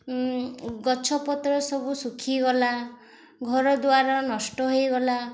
ଗଛ ପତ୍ର ସବୁ ଶୁଖିଗଲା ଘରଦ୍ୱାର ନଷ୍ଟ ହେଇଗଲା